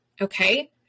okay